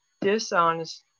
dishonest